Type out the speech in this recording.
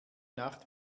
nacht